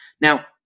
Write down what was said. Now